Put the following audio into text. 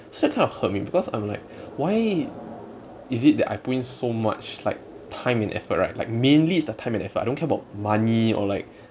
so it kind of hurt me because I'm like why is it that I put in so much like time and effort right like mainly it's the time and effort I don't care about money or like